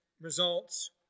results